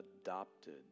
adopted